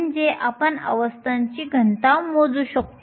म्हणजे आपण अवस्थांची घनता मोजू शकतो